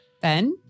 Ben